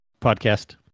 podcast